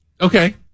Okay